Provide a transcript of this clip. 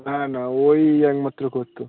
না না ওই একমাত্র করতো